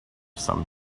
some